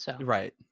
Right